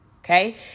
Okay